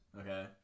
Okay